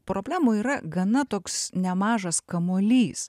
problemų yra gana toks nemažas kamuolys